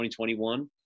2021